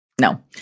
No